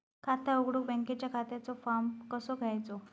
खाता उघडुक बँकेच्या खात्याचो फार्म कसो घ्यायचो?